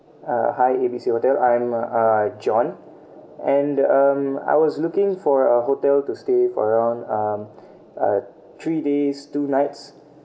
uh hi A B C hotel I'm uh john and um I was looking for a hotel to stay for around um uh three days two nights